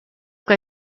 que